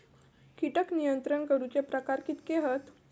कीटक नियंत्रण करूचे प्रकार कितके हत?